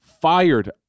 fired